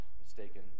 mistaken